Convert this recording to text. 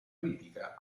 critica